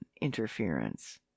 interference